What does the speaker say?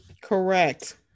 correct